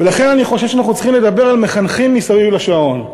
לכן אני חושב שאנחנו צריכים לדבר על מחנכים מסביב לשעון.